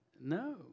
no